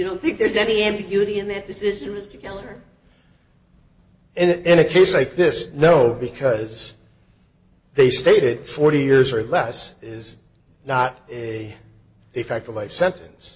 don't think there's any ambiguity in that decision as together and in a case like this no because they stated forty years or less is not a a fact a life sentence